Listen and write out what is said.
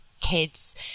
kids